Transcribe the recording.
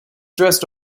dressed